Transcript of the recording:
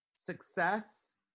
success